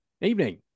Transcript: Evening